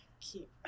keep